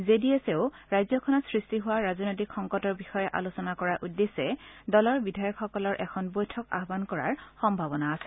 জেডিএছেও ৰাজ্যখনত সৃষ্টি হোৱা ৰাজনৈতিক সংকটৰ বিষয়ে আলোচনা কৰাৰ উদ্দেশ্যে দলৰ বিধায়কসকলৰ এখন বৈঠক আহান কৰাৰ সম্ভাৱনা আছে